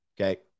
Okay